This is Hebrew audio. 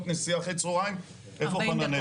נסיעה אחרי צוהריים --- מירב בן ארי,